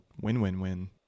win-win-win